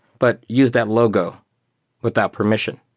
but use that logo without permission,